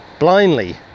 blindly